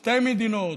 שתי מדינות,